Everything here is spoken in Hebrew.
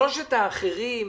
שלושת האחרים,